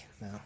No